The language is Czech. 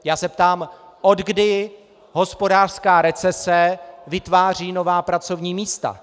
Já se ptám, od kdy hospodářská recese vytváří nová pracovní místa.